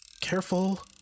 Careful